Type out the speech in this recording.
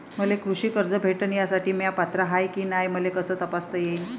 मले कृषी कर्ज भेटन यासाठी म्या पात्र हाय की नाय मले कस तपासता येईन?